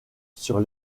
sur